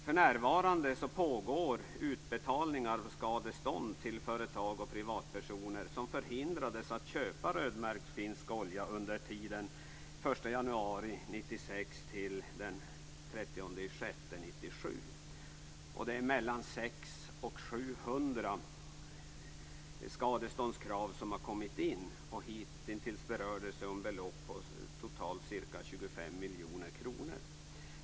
För närvarande pågår utbetalningar av skadestånd till företag och privatpersoner som förhindrades att köpa rödmärkt finsk olja under tiden från den 700 skadeståndskrav har kommit in. Hittills rör det sig om belopp på totalt ca 25 miljoner kronor.